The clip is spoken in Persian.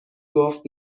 گفت